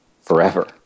forever